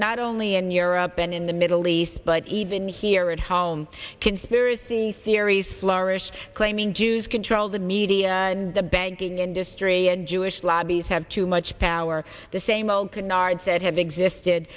not only in europe and in the middle east but even here at home conspiracy theories flourish claiming jews control the media and the banking industry and jewish lobbies have too much power the same old